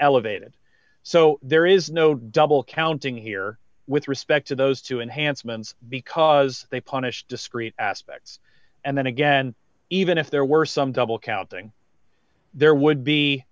elevated so there is no double counting here with respect to those two enhancements because they punish discrete aspects and then again even if there were some double counting there would be